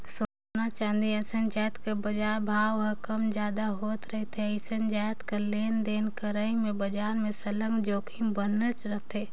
सोना, चांदी असन जाएत कर बजार भाव हर कम जादा होत रिथे अइसने जाएत कर लेन देन करई में बजार में सरलग जोखिम बनलेच रहथे